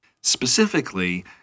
Specifically